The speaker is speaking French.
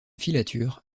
filature